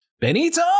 Benito